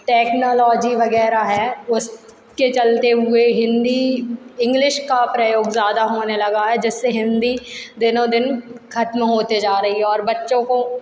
technology वगैरह है उसके चलते हुए हिंदी इंग्लिश का प्रयोग ज़्यादा होने लगा है जिससे हिंदी दिनों दिन ख़त्म होते जा रही है और बच्चों को